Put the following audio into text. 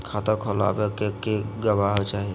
खाता खोलाबे के लिए गवाहों चाही?